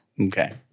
Okay